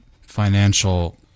financial